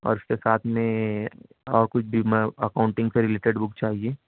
اور اس کے ساتھ میں اور کچھ بھی میں اکاؤنٹنگ سے رلیٹیڈ بک چاہیے